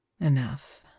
Enough